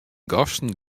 gasten